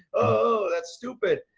oh, that's stupid.